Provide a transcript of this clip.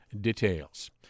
details